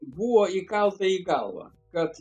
buvo įkalta į galvą kad